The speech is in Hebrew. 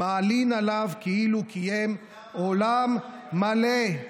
"מעלין עליו כאילו קיים עולם מלא".